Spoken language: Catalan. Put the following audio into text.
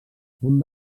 punt